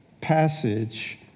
passage